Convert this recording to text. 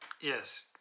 Yes